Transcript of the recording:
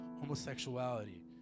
homosexuality